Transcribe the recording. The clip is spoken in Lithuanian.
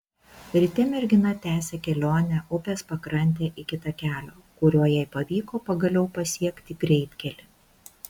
ryte mergina tęsė kelionę upės pakrante iki takelio kuriuo jai pavyko pagaliau pasiekti greitkelį